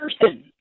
person